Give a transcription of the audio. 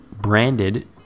branded